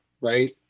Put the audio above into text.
right